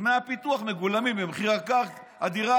דמי הפיתוח מגולמים במחיר הדירה.